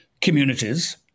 communities